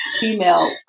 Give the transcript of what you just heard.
female